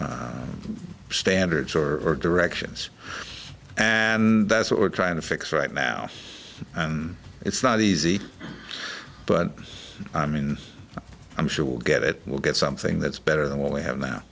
standards or directions and that's what we're trying to fix right now and it's not easy but i mean i'm sure we'll get it we'll get something that's better than what we have now